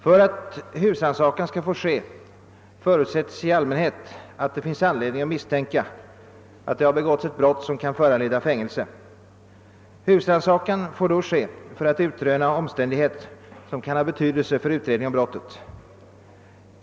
För att husrannsakan skall få ske förutsätts i allmänhet att det finns anledning att misstänka att det har begåtts ett brott, som kan föranleda fängelsestraff. Husrannsakan får då ske för att utröna omständighet som kan ha betydelse för utredning om brottet.